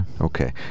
Okay